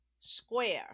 square